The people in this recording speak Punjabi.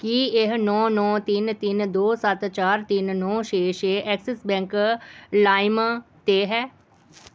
ਕੀ ਇਹ ਨੌਂ ਨੌਂ ਤਿੰਨ ਤਿੰਨ ਦੋ ਸੱਤ ਚਾਰ ਤਿੰਨ ਨੌਂ ਛੇ ਛੇ ਐਕਸਿਸ ਬੈਂਕ ਲਾਇਮ 'ਤੇ ਹੈ